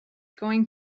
going